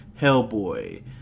Hellboy